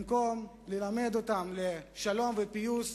במקום ללמד אותם שלום ופיוס,